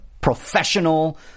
professional